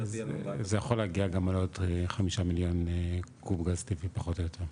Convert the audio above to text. זה יכול להגיע גם לחמישה מיליון קוב גז טבעי פחות או יותר,